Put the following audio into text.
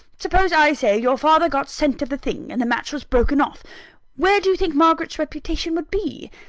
suppose, i say, your father got scent of the thing, and the match was broken off where do you think margaret's reputation would be?